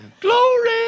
Glory